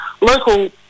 local